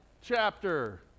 chapter